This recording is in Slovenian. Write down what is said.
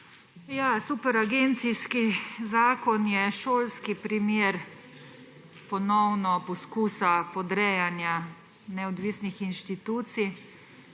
Superagencijski zakon je šolski primer ponovnega poskusa podrejanja neodvisnih institucij